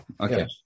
Okay